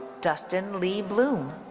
dustin lee blohm.